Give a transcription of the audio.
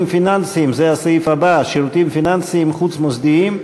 פיננסיים (שירותים פיננסיים חוץ-מוסדיים),